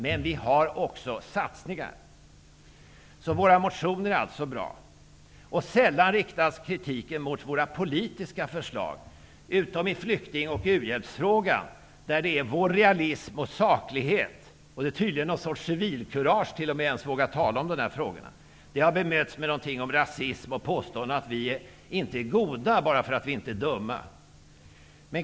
Men vi föreslår också satsningar. Våra motioner är alltså bra. Det riktas sällan kritik mot våra politiska förslag, utom i flykting och u-hjälpsfrågan, där vår realism och saklighet -- det krävs tydligen någon sorts civilkurage för att ens våga tala om dessa frågor -- har bemötts med påståenden om rasism och om att vi inte är goda bara för att vi inte är dumma.